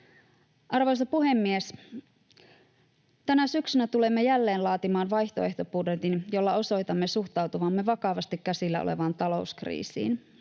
Arvoisa puhemies! Tänä syksynä tulemme jälleen laatimaan vaihtoehtobudjetin, jolla osoitamme suhtautuvamme vakavasti käsillä olevaan talouskriisiin.